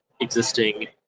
existing